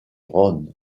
rhône